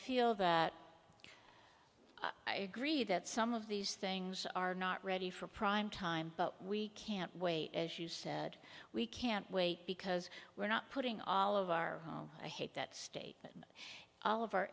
feel that i agree that some of these things are not ready for prime time but we can't wait as you said we can't wait because we're not putting all of our i hate that state